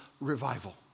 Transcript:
revival